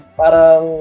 parang